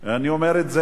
אני אומר את זה,